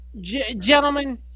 Gentlemen